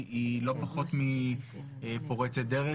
היא לא פחות מפורצת דרך.